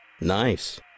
Nice